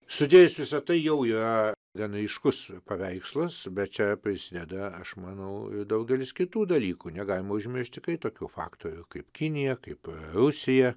sudėjus visa tai jau yra gan ryškus paveikslas bet čia prisideda aš manau daugelis kitų dalykų negalima užmiršt tikrai tokių faktorių kaip kinija kaip rusija